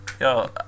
Yo